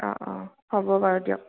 অ অ হ'ব বাৰু দিয়ক